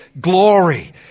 glory